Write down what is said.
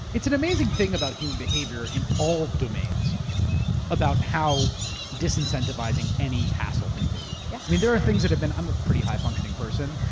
it's an amazing thing about human behavior in all domains about how dis-incentivizing any hassle can be. yeah. there are things that have been. i'm a pretty high functioning person,